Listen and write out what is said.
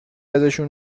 ازشون